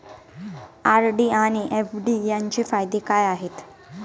RD आणि FD यांचे फायदे काय आहेत?